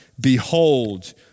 behold